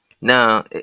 now